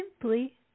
simply